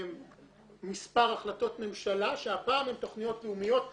מספר החלטות ממשלה שהפעם עם תוכניות לאומיות מלמעלה.